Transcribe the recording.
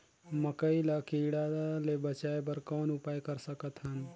मकई ल कीड़ा ले बचाय बर कौन उपाय कर सकत हन?